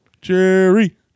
Jerry